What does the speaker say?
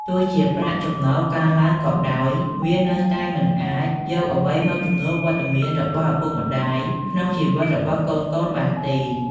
ទោះជាប្រាក់ចំណូលកើនឡើងក៏ដោយ វានៅតែមិនអាចយកអ្វីមកជំនួសវត្តមានរបស់ឪពុកម្ដាយក្នុងជីវិតរបស់កូនៗបានទេ។